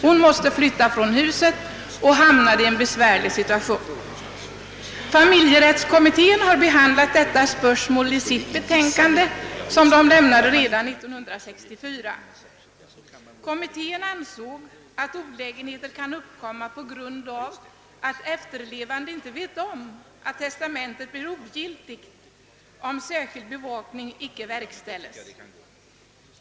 Hon måste flytta från huset och hamnade i en besvärlig situation. Familjerättskommittén har behandlat detta spörsmål i sitt betänkande, som den avlämnade redan år 1964. Kommittén ansåg att olägenheter kan uppkomma på grund av att efterlevande inte vet om ait testamentet blir ogiltigt, om särskild bevakning icke verkställes.